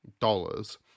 dollars